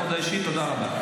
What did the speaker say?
זה לא מכובד.